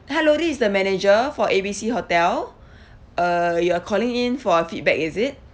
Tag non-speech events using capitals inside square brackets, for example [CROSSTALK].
hello this is the manager for A B C hotel [BREATH] uh you are calling in for a feedback is it